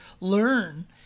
learn